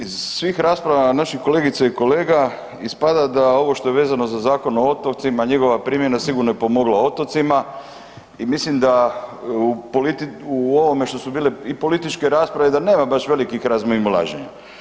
Iz svih rasprava naših kolegica i kolega ispada da ovo što je vezano za Zakon o otocima, njegova primjena sigurno je pomogla otocima i mislim da u ovome što su bile i političke rasprave, da nema baš velikih razmimoilaženja.